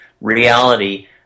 reality